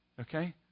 okay